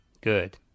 Good